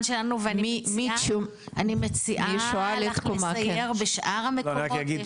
שלנו ואני מציעה לסייר בשאר המקומות.